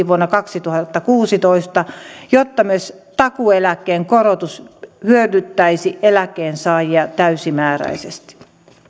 vuonna kaksituhattakuusitoista jotta myös takuueläkkeen korotus hyödyttäisi eläkkeen saajia täysimääräisesti